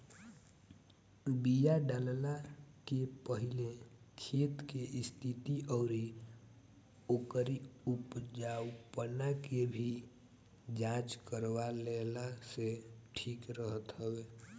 बिया डालला के पहिले खेत के स्थिति अउरी ओकरी उपजाऊपना के भी जांच करवा लेहला से ठीक रहत हवे